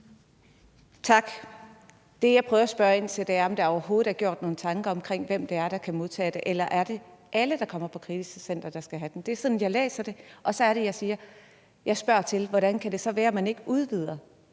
Tak. Det, jeg prøver at spørge ind til, er, om der overhovedet er gjort nogen tanker om, hvem det er, der kan modtage det. Eller er det alle, der kommer på krisecentre, der skal have det? Det er sådan, jeg læser det, og så er det, jeg spørger: Hvordan kan det så være, at man ikke udvider